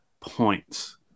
points